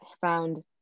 found